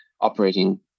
operating